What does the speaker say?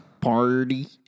party